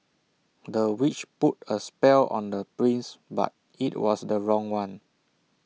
the witch put A spell on the prince but IT was the wrong one